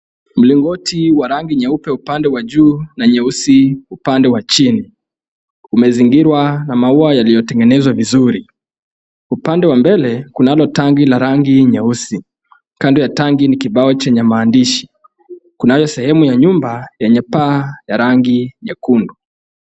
Mlingoti wa rangi nyeupe upande wa juu na nyeusi upande wa chini . Umezingirwa na maua yaliotengenezwa vizuri, upande wa mbele kunalo tangi la rangi nyeusi kando ya tangi ni kibao chenye maandishi. Kunayo sehemu ya nyumba yenye paa ya rangi nyekundu.